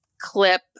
clip